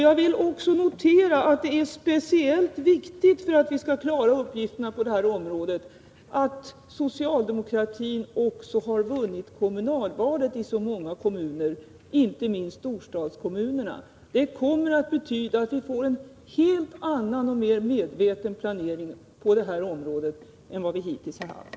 Jag vill också notera att det är speciellt viktigt, för att vi skall klara uppgifterna på det här området, att socialdemokratin också har vunnit kommunalvalet i så många kommuner, inte minst i storstadskommuner. Det kommer att betyda att vi får en helt annan och mer medveten planering på det här området än vi hittills haft.